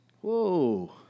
Whoa